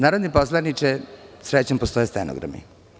Narodni poslaniče, srećom postoje stenogrami.